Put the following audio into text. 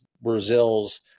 Brazil's